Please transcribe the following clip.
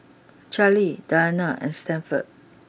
Charley Dianna and Stanford